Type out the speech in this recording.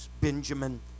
Benjamin